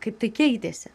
kaip tai keitėsi